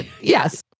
Yes